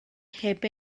heb